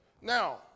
Now